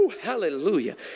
hallelujah